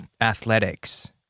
athletics